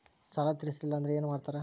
ಸಾಲ ತೇರಿಸಲಿಲ್ಲ ಅಂದ್ರೆ ಏನು ಮಾಡ್ತಾರಾ?